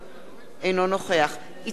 אינו נוכח יצחק כהן,